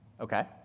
Okay